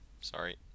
Sorry